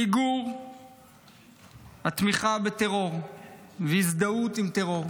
מיגור התמיכה בטרור והזדהות עם טרור,